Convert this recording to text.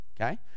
okay